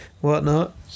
whatnot